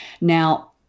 Now